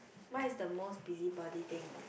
what is the most busybody thing